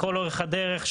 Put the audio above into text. לכל אורך הדרך,